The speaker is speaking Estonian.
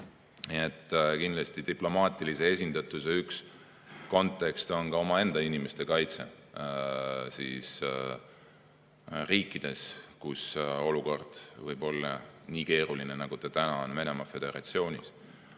Nii et kindlasti diplomaatilise esindatuse üks kontekst on ka omaenda inimeste kaitse riikides, kus olukord võib olla nii keeruline, nagu see praegu on Venemaa Föderatsioonis.